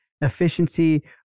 efficiency